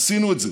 עשינו את זה.